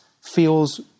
feels